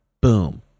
boom